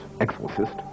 exorcist